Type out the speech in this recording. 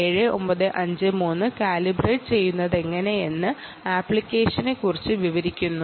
ADE7953 calibrate ചെയ്യുന്നതെങ്ങനെയെന്ന് നോക്കാം